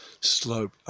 slope